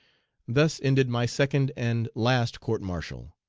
thus ended my second and last court-martial.